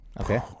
Okay